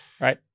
right